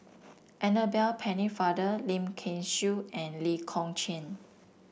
Annabel Pennefather Lim Kay Siu and Lee Kong Chian